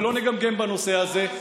ולא נגמגם בנושא הזה.